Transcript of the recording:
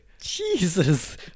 Jesus